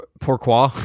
Pourquoi